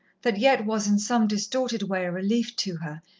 that yet was in some distorted way a relief to her,